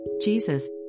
Jesus